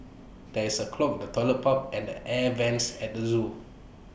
there is A clog in the Toilet Pipe and the air Vents at the Zoo